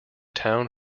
town